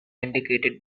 indicated